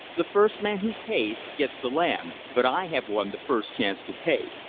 the first man who pays gets the land but i have won the first chance to pay.